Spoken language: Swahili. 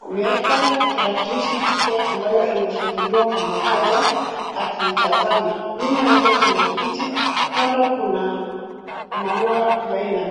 Ameweka tarakilishi yake ambayo imefunguliwa kwa mapaja akiitazama. Nyuma yake kuna kiti. Kando kuna maua ambayo inamea.